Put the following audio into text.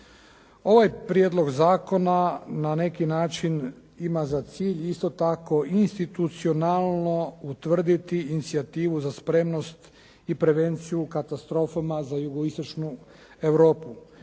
Ovaj prijedlog zakona na neki način ima za cilj isto tako i institucionalno utvrditi inicijativu za spremnost i prevenciju u katastrofama za Jugoistočnu Europu